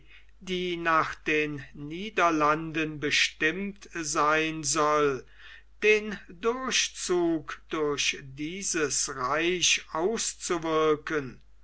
die nach den niederlanden bestimmt sein soll den durchzug durch dieses reich auszuwirken